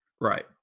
right